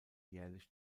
jährlich